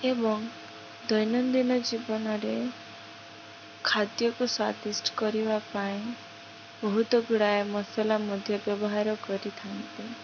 ଏବଂ ଦୈନନ୍ଦିନ ଜୀବନରେ ଖାଦ୍ୟକୁ ସ୍ଵାଦିଷ୍ଟ କରିବା ପାଇଁ ବହୁତ ଗୁଡ଼ାଏ ମସଲା ମଧ୍ୟ ବ୍ୟବହାର କରିଥାନ୍ତି